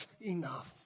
enough